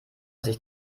sich